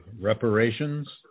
reparations